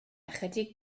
ychydig